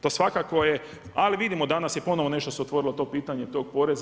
To svakako je, ali vidimo danas, je ponovno nešto se otvorilo to pitanje tog poreza.